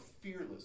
fearless